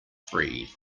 free